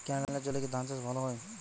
ক্যেনেলের জলে কি ধানচাষ ভালো হয়?